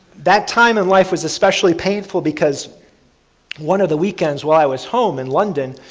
that time in life was especially painful because one of the weekends while i was home in london,